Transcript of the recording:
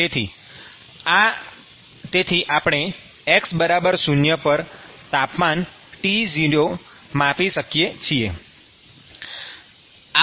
તેથી આપણે x0 પર તાપમાન T0 માપી શકીએ છીએ